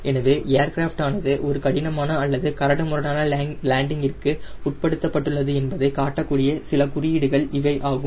எனவே ஏர்கிராஃப்ட் ஆனது ஒரு கடினமான அல்லது கரடுமுரடான லேண்டிங்கிற்கு உட்படுத்தப்பட்டுள்ளது என்பதை காட்டக்கூடிய சில குறியீடுகள் ஆகும்